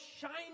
shining